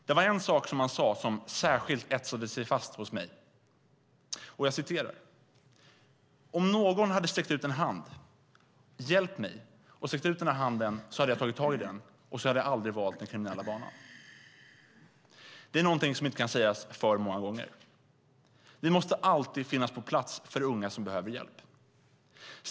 Det var en sak som han sade som särskilt etsade sig fast sig hos mig: Om någon hade hjälpt mig och sträckt ut handen hade jag tagit tag i den och aldrig valt den kriminella banan. Det är något som inte kan sägas för många gånger. Vi måste alltid finnas på plats för unga som behöver hjälp.